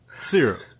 Syrup